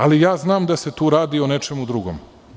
Ali ja znam da se tu radi o nečemu drugom.